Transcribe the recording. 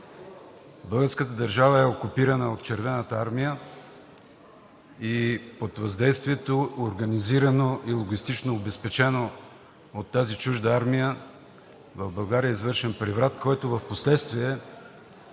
Българската държава е окупирана от Червената армия и под въздействието, организирано и логистично обезпечено от тази чужда армия, в България е извършен преврат, който в последствие